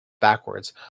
Backwards